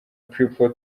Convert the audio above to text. people